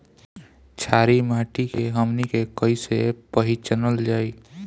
छारी माटी के हमनी के कैसे पहिचनल जाइ?